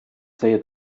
say